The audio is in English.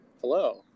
hello